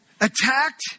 attacked